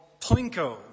plinko